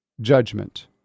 judgment